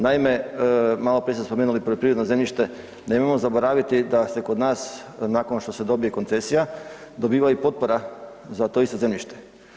Naime, maloprije ste spomenuli poljoprivredno zemljište, nemojmo zaboraviti da se kod nas, nakon što se dobije koncesija, dobiva i potpora za to isto zemljište.